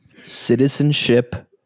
citizenship